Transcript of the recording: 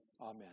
amen